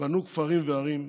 בנו כפרים וערים,